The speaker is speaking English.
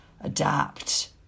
adapt